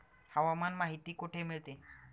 हवामान माहिती कुठे मिळते?